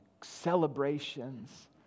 celebrations